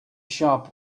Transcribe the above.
shop